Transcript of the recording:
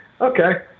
okay